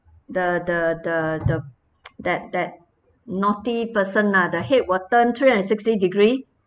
the the the the that that naughty person ah the head will turn three and sixty degree